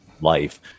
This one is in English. life